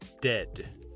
dead